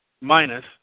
Minus